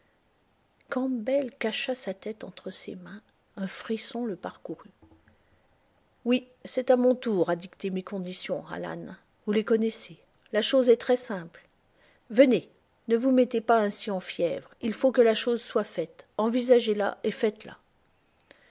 campbell cacha sa tête entre ses mains un frisson le parcourut oui c'est à mon tour à dicter mes conditions alan vous les connaissez la chose est très simple venez ne vous mettez pas ainsi en fièvre il faut que la chose soit faite envisagez la et faites-la